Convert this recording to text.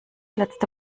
letzte